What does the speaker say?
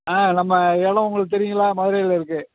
ஆ நம்ம எடம் உங்களுக்கு தெரியுங்களா மதுரையில் இருக்குது